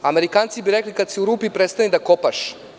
Amerikanci bi rekli – kad si u rupi, prestani da kopaš.